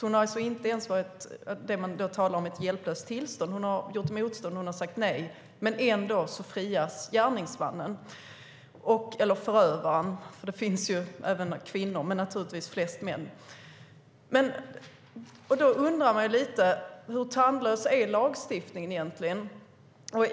Hon har alltså inte varit i ett hjälplöst tillstånd, utan hon har gjort motstånd och sagt nej. Ändå frias gärningsmannen eller förövaren, för det finns ju även kvinnor som är förövare men naturligtvis flest män. Då undrar jag hur tandlös lagstiftningen är egentligen.